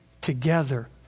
together